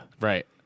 Right